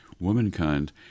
womankind